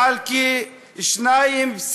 אני מבקש את הזמן שלי, בבקשה.